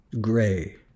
gray